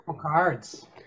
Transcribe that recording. cards